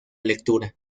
lectura